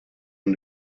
him